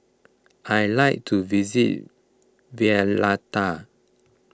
I like to visit Valletta